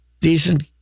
decent